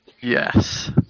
Yes